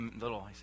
little